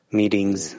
meetings